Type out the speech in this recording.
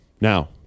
Now